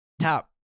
top